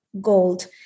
gold